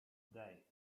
today